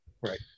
Right